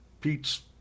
Pete's